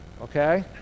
okay